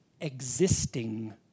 existing